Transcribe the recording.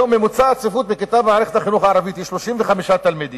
היום ממוצע הצפיפות בכיתה במערכת החינוך הערבית הוא 35 תלמידים,